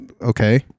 Okay